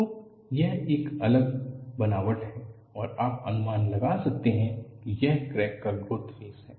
तो यह एक अलग बनावट है और आप अनुमान लगा सकते हैं कि यह क्रैक का ग्रोथ फ़ेस है